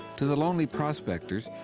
to the lonely prospectors,